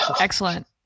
Excellent